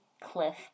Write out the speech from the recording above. cliff